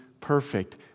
perfect